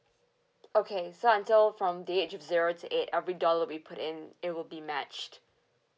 okay so until from the age of zero to eight every dollar we put in it will be matched